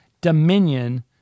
dominion